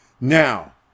Now